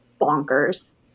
bonkers